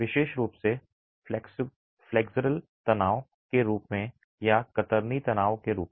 विशेष रूप से फ्लेक्सुरल तनाव के रूप में या कतरनी तनाव के रूप में